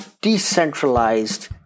decentralized